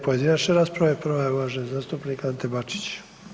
Pojedinačna rasprava je prva je uvaženi zastupnik Ante Bačić.